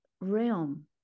realm